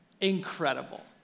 Incredible